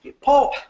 Paul